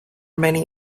many